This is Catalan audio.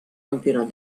campionat